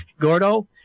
Gordo